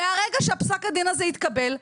מרגע שפסק הדין הזה התקבל,